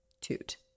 toot